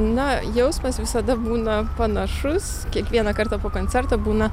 na jausmas visada būna panašus kiekvieną kartą po koncerto būna